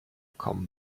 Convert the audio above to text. come